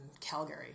Calgary